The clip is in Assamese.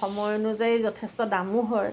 সময় অনুযায়ী যথেষ্ট দামো হয়